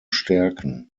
stärken